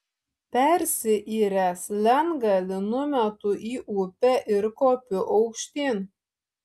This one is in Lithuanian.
persiyręs lentgalį numetu į upę ir kopiu aukštyn